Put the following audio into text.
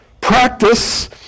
Practice